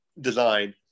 design